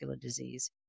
disease